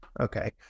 okay